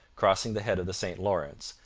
crossing the head of the st lawrence,